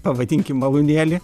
pavadinkim malūnėlį